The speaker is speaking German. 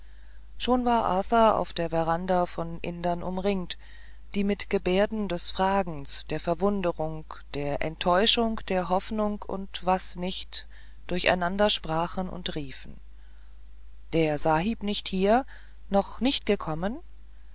schon war arthur auf der veranda von indern umringt die mit geberden des fragens der verwunderung der enttäuschung der hoffnung und was nicht durcheinander sprachen und riefen der sahib nicht hier noch nicht gekommen